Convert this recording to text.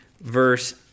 verse